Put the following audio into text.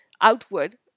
outward